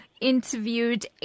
interviewed